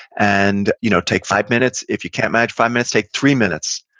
and you know take five minutes, if you can manage five minutes, take three minutes,